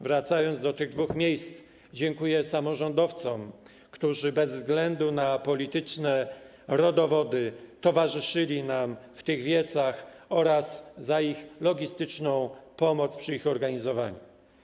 Wracając do tych dwóch miejsc, dziękuję samorządowcom, którzy bez względu na polityczne rodowody towarzyszyli nam w tych wiecach, oraz dziękuję za ich logistyczną pomoc przy ich organizowaniu.